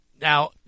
now